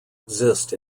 exist